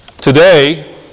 Today